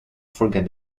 forget